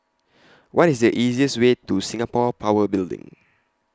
What IS The easiest Way to Singapore Power Building